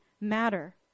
matter